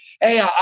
hey